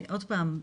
עוד פעם,